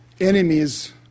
enemies